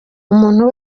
umuntu